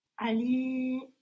Ali